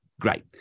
great